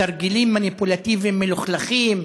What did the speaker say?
תרגילים מניפולטיביים מלוכלכים,